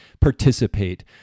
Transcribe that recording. participate